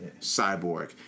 Cyborg